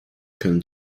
können